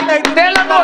תן לנו,